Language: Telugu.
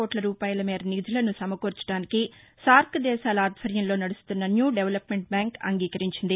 కోట్ల రూపాయల మేర నిధులను నమకూర్చడానికి సార్క్ దేశాల ఆధ్వర్యంలో నడుస్తున్న న్యూ దెవలప్మెంట్ బ్యాంక్ అంగీకరించింది